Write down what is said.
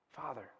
Father